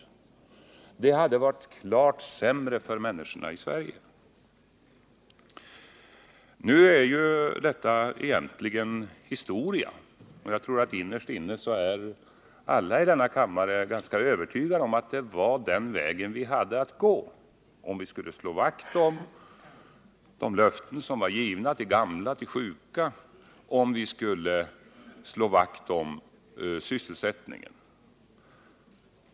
Det hade varit klart sämre för människorna i Sverige. Detta är egentligen historia nu. Och jag tror att alla i denna kammare innerst inne är ganska övertygade om att det var den väg som vi hade att gå, om vi skulle slå vakt om de löften som var givna till gamla och sjuka, och om vi skulle slå vakt om sysselsättningen.